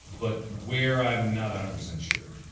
but where i'm not a hundred percent sure